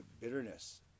bitterness